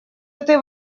этой